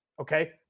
okay